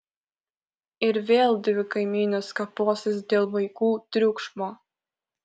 ir vėl dvi kaimynės kaposis dėl vaikų triukšmo